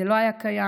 זה לא היה קיים,